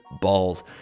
Balls